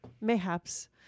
Mayhaps